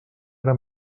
ara